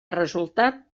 resultat